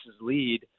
lead